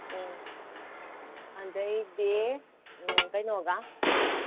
ꯎꯝ ꯑꯗꯨꯗꯩꯗꯤ ꯀꯩꯅꯣꯒ